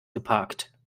geparkt